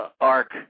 arc